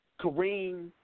Kareem